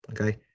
Okay